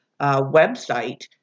website